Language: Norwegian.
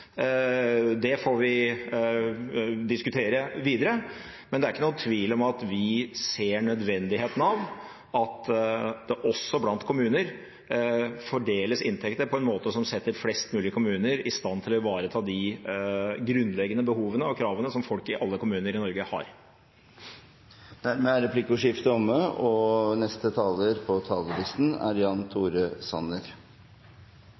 anvendes, får vi diskutere videre. Men det er ikke noen tvil om at vi ser nødvendigheten av at det også blant kommuner fordeles inntekter på en måte som setter flest mulig kommuner i stand til å ivareta de grunnleggende behov og krav som folk i alle kommuner i Norge har. Replikkordskiftet er omme. La meg starte med å takke komiteen for en god innstilling, og,